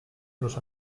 los